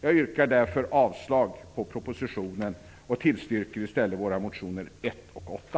Jag yrkar därför avslag på propositionen och tillstyrker i stället reservationerna 1 och 8.